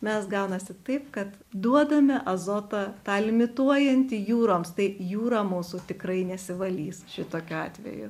mes gaunasi taip kad duodame azotą tą limituojantį jūroms tai jūra mūsų tikrai nesivalys šitokiu atveju